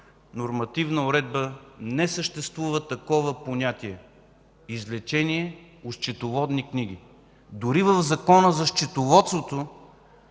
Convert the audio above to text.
нормативна уредба не съществува такова понятие – „извлечение от счетоводни книги”. Дори в Закона за счетоводството,